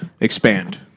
expand